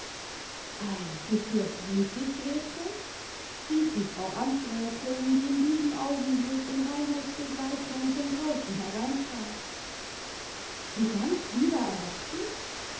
bist du es wirklich gretchen rief die frau amtsrätin die in diesem augenblick in reinholds begleitung von draußen hereintrat so ganz